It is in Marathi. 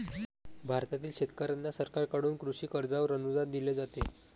भारतातील शेतकऱ्यांना सरकारकडून कृषी कर्जावर अनुदान दिले जाते